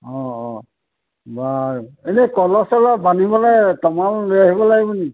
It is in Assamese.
অ অ বাৰু এনেই কলহ চলহ বান্ধিবলৈ তমাল লৈ আহিব লাগিব নি